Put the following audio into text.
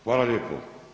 Hvala lijepo.